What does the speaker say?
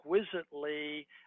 exquisitely